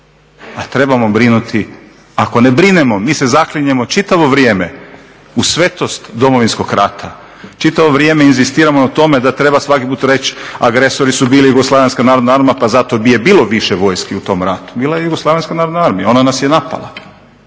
a trebamo brinuti, ako ne brinemo mi se zaklinjemo čitavo vrijeme u svetost Domovinskog rata, čitavo vrijeme inzistiramo na tome da treba svaki puta reći, agresori su bili Jugoslavenska narodna armija pa i je bilo više vojski u tome ratu, bila je Jugoslavenska narodna armija, ona nas je napala.